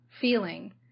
feeling